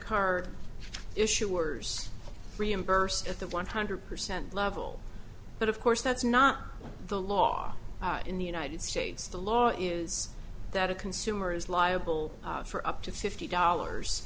card issuers reimbursed at the one hundred percent level but of course that's not the law in the united states the law is that a consumer is liable for up to fifty dollars